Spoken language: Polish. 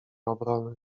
obrony